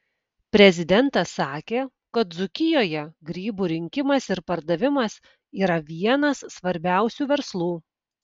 prezidentas sakė kad dzūkijoje grybų rinkimas ir pardavimas yra vienas svarbiausių verslų